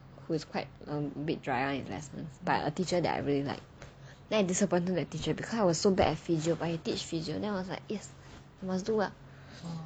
who is quite a bit dry on in lessions but a teacher that I really like then I disappointed that teacher because I was so bad at physio but he teach physio then I was like yes must do well